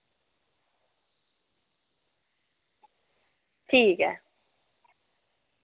ठीक ऐ